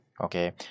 Okay